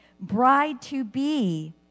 bride-to-be